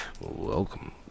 Welcome